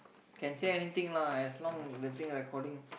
can say anything lah as long the thing recording